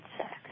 sex